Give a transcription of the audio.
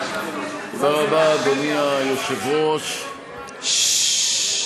תודה רבה, אדוני היושב-ראש, חברות וחברי הכנסת.